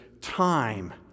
time